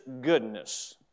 goodness